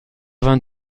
vingt